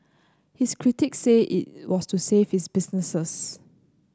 his critics say it was to save his businesses